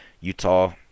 Utah